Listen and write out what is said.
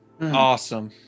Awesome